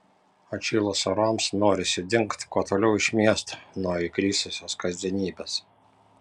atšilus orams norisi dingt kuo toliau iš miesto nuo įgrisusios kasdienybės